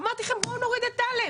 אמרתי לכם בואו נוריד את א'.